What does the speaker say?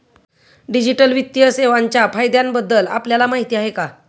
Digital वित्तीय सेवांच्या फायद्यांबद्दल आपल्याला माहिती आहे का?